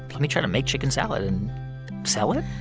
let me try to make chicken salad and sell it?